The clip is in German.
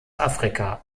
afrika